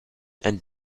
and